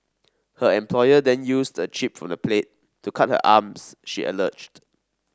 her employer then used a chip from the plate to cut her arms she alleged